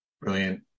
brilliant